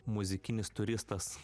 muzikinis turistas